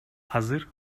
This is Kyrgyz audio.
азыр